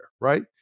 right